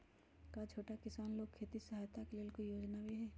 का छोटा किसान लोग के खेती सहायता के लेंल कोई योजना भी हई?